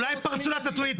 אולי פרצו לה את הטוויטר?